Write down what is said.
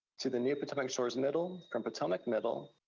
to the new potomac shores middle from potomac middle,